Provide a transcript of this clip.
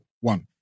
One